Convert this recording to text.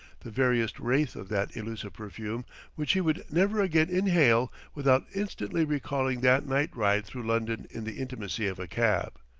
the veriest wraith of that elusive perfume which he would never again inhale without instantly recalling that night ride through london in the intimacy of a cab.